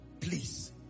Please